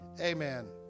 Amen